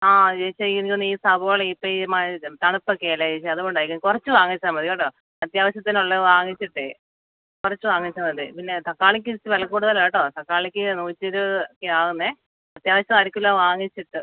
ആ ചേച്ചി എനിക്ക് തോന്നുന്നു ഈ സവോള ഇപ്പോൾ ഈ മഴ തണുപ്പൊക്കെ അല്ലേ ചേച്ചി അതുകൊണ്ടായിരിക്കും കുറച്ച് വാങ്ങിച്ചാൽ മതി കേട്ടോ അത്യാവശ്യത്തിനുള്ള വാങ്ങിച്ചിട്ടേ കുറച്ച് വാങ്ങിച്ചാൽ മതി പിന്നെ തക്കാളിക്ക് ഇച്ചിരി വില കൂടുതലാണ് കേട്ടോ തക്കാളിക്ക് നൂറ്റി ഇരുപത് ഒക്കെയാവുന്നേ അത്യാവശ്യം അര കിലോ വാങ്ങിച്ചിട്ട്